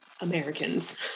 Americans